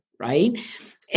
right